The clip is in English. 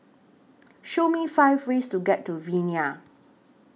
Show Me five ways to get to Vienna